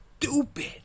stupid